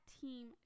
team